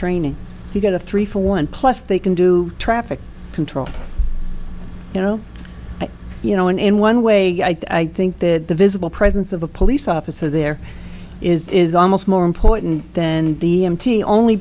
training you've got a three for one plus they can do traffic control you know you know one in one way i think that the visible presence of a police officer there is almost more important than the empty only